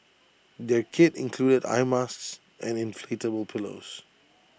their kit included eye masks and inflatable pillows